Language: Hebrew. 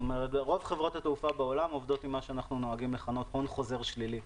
כלומר רוב חברות התעופה בעולם עובדות עם הון מוזר שלילי.